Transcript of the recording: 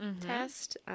test